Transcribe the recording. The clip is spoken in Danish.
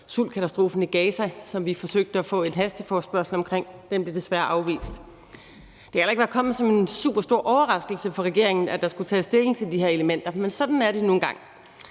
sultkatastrofen i Gaza, som vi forsøgte at få en hasteforespørgsel omkring. Den blev desværre afvist. Det kan heller ikke være kommet som en superstor overraskelse for regeringen, at der skulle tages stilling til de her elementer, men sådan er det nu engang.